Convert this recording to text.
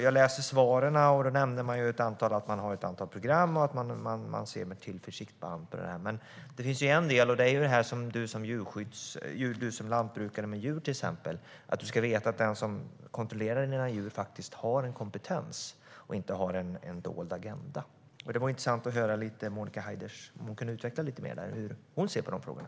Jag läser svaren, och där nämner man att man har ett antal program och att man ser med tillförsikt på det. Men det finns en annan del, och det är att du som lantbrukare med djur till exempel ska veta att den som kontrollerar dina djur faktiskt har en kompetens och inte har en dold agenda. Det vore intressant om Monica Haider kunde utveckla lite mer hur hon ser på de frågorna.